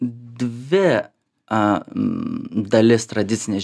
dvi a dalis tradicinė